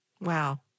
Wow